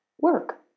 work